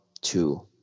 two